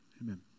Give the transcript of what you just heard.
Amen